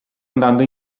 andando